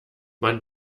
man